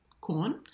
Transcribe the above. corn